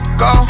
go